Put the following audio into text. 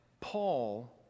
Paul